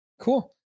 Cool